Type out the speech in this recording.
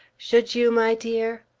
should you, my dear?